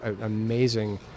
amazing